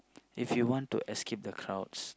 if you want to escape the crowds